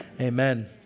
amen